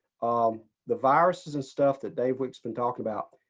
um the viruses and stuff that dave wick s been talking about.